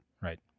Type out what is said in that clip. right